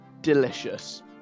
delicious